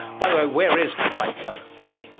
by the way, where is white gum valley?